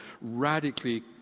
radically